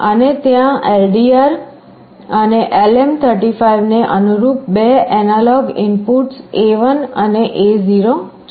અને ત્યાં LDR અને LM35 ને અનુરૂપ બે એનાલોગ ઇનપુટ્સ A1 અને A0 છે